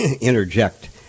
interject